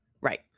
Right